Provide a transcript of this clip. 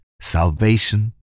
salvation